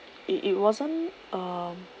it it wasn't um